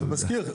אני מזכיר,